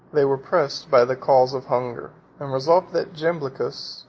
they were pressed by the calls of hunger and resolved that jamblichus,